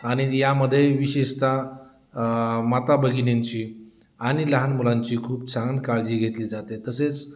आणि यामध्ये विशेषत माता भगिनींची आणि लहान मुलांची खूप छान काळजी घेतली जाते तसेच